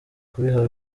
kubiha